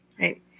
right